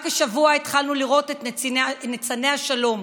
רק השבוע התחלנו לראות את נציגי ניצני השלום: